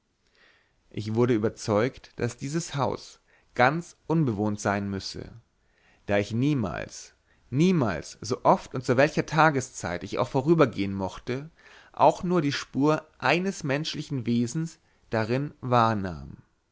ich wurde überzeugt daß dieses haus ganz unbewohnt sein müsse da ich niemals niemals so oft und zu welcher tageszeit ich auch vorübergehen mochte auch nur die spur eines menschlichen wesens darin